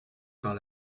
par